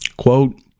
Quote